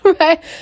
right